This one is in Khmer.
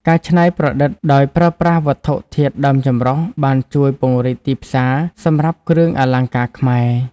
ការច្នៃប្រឌិតដោយប្រើប្រាស់វត្ថុធាតុដើមចម្រុះ បានជួយ ពង្រីកទីផ្សារ សម្រាប់គ្រឿងអលង្ការខ្មែរ។